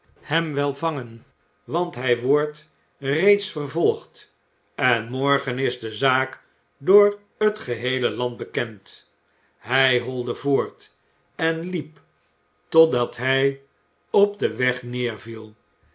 hem wel vangen want hij wordt reeds vervolgd en morgen is de zaak door het geheele land bekend hij holde voort en liep totdat hij op den weg neerviel